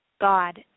God